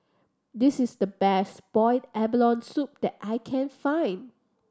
this is the best boiled abalone soup that I can find